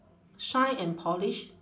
shine and polish